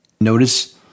Notice